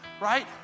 right